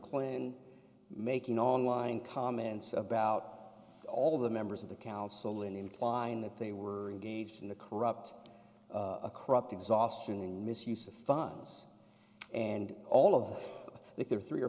an making online comments about all of the members of the council in implying that they were engaged in the corrupt a corrupt exhaustion and misuse of funds and all of that there are three or